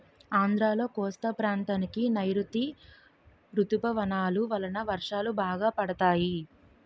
ఆంధ్రాలో కోస్తా ప్రాంతానికి నైరుతీ ఋతుపవనాలు వలన వర్షాలు బాగా పడతాయి